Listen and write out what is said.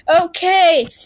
Okay